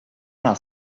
dans